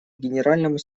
генеральному